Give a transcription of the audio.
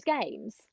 games